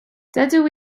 dydw